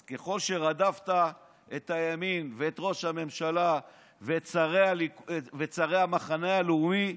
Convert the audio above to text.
אז ככל שרדפת את הימין ואת ראש הממשלה ואת שרי המחנה הלאומי,